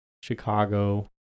Chicago